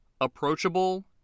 approachable